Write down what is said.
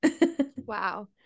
wow